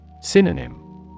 Synonym